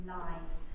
lives